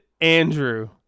Andrew